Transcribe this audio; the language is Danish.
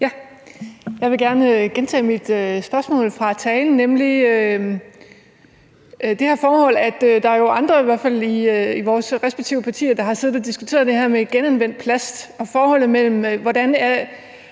Jeg vil gerne gentage mit spørgsmål fra talen, nemlig om det her forhold, at der jo er andre, i hvert fald i vores respektive partier, der har siddet og diskuteret det her med genanvendt plast, og hvordan vi